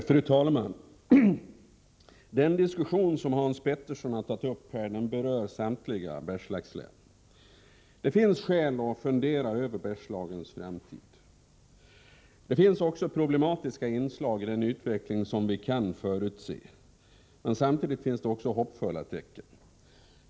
Fru talman! Den diskussion som Hans Petersson i Hallstahammar har tagit upp berör samtliga Bergslagslän. Det finns skäl att fundera över Bergslagens framtid. Det finns problematiska inslag i den utveckling som vi kan förutse, men det finns samtidigt hoppfulla tecken.